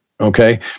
okay